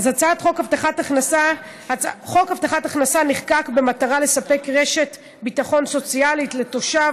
חוק הבטחת הכנסה נחקק במטרה לספק רשת ביטחון סוציאלית לתושב